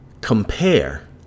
compare